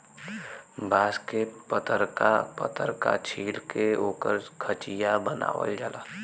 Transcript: बांस के पतरका पतरका छील के ओकर खचिया बनावल जाला